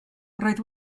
roedd